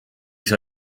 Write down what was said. saa